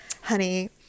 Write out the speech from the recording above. honey